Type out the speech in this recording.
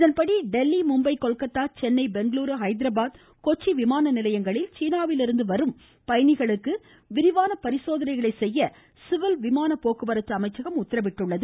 இதன்படி டெல்லி மும்பை கொல்கத்தா சென்னை பெங்களூரு ஹைதராபாத் கொச்சின் விமானநிலையங்களில் சீனாவிலிருந்து வரும் பயணிகளுக்கு விரிவான பரிசோதனைகளை செய்ய சிவில் விமான போக்குவரத்து அமைச்சகம் உத்தரவிட்டுள்ளது